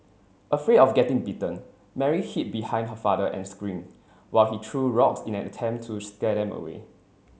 afraid of getting bitten Mary hid behind her father and screamed while he threw rocks in an attempt to scare them away